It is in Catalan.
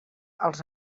els